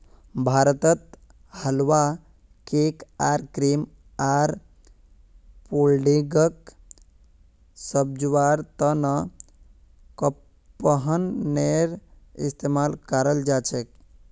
भारतत हलवा, केक आर क्रीम आर पुडिंगक सजव्वार त न कडपहनटेर इस्तमाल कराल जा छेक